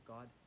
God